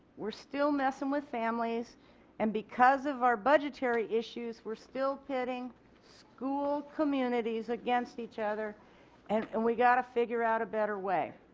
we are still messing with families and because of our budgetary issues we are still pitting school communities against each other and and we have got to figure out a better way.